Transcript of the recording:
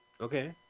okay